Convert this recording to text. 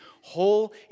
whole